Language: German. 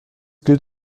gilt